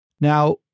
Now